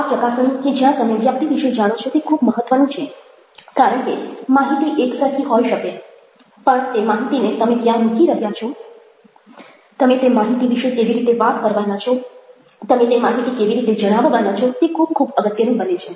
આ ચકાસણી કે જ્યાં તમે વ્યક્તિ વિશે જાણો છો તે ખૂબ મહત્ત્વનુ છે કારણ કે માહિતી એક સરખી હોઈ શકે પણ તે માહિતીને તમે ક્યાં મૂકી રહ્યા છો તમે તે માહિતી વિશે કેવી રીતે વાત કરવાના છો તમે તે માહિતી કેવી રીતે જણાવવાના છો તે ખૂબ ખૂબ અગત્યનું બને છે